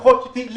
ככל שתהיי,